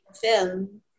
film